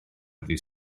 ddydd